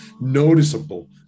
noticeable